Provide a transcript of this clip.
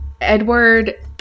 Edward